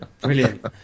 Brilliant